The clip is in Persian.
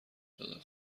دادم